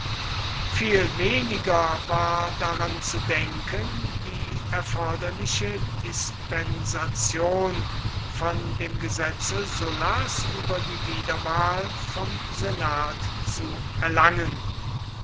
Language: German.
viel weniger war daran zu denken die erforderliche dispensation von dem gesetze sullas über die wiederwahl vom senat zu erlangen